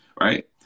Right